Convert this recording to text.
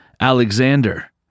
Alexander